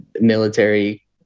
military